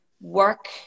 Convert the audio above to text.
work